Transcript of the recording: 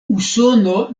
usono